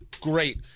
great